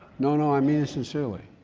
no, no, i mean this sincerely.